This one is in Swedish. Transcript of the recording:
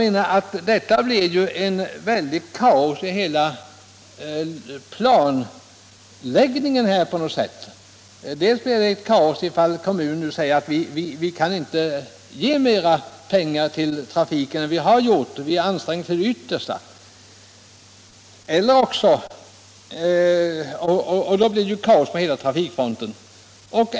Det åstadkommer kaos i hela planläggningen. Antingen måste kommunen säga att man inte kan anslå mera pengar till trafiken än man redan gjort; man har ansträngt sig till det yttersta. Då blir det kaos på hela trafikfronten.